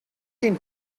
den